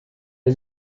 der